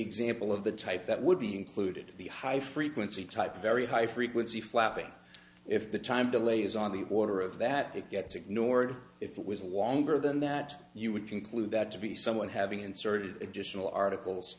example of the type that would be included in the high frequency type very high frequency flapping if the time delays on the order of that it gets ignored if it was longer than that you would conclude that to be someone having inserted it just all articles